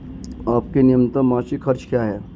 आपके नियमित मासिक खर्च क्या हैं?